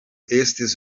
estis